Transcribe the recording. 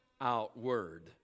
outward